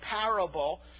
parable